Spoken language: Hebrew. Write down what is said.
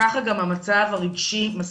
כך גם המצב הרגשי מסלים,